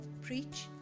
preach